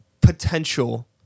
potential